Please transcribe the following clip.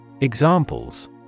Examples